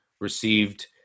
received –